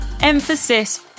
Emphasis